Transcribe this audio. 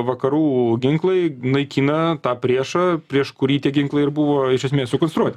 vakarų ginklai naikina tą priešą prieš kurį tie ginklai ir buvo iš esmės sukonstruoti